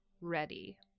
ready